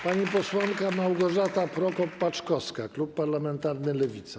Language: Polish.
Pani posłanka Małgorzata Prokop-Paczkowska, klub parlamentarny Lewica.